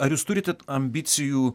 ar jūs turite ambicijų